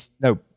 no